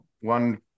one